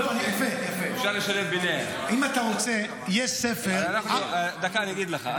אם אתה רוצה, יש ספר --- דקה, אני אגיד לך.